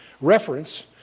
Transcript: reference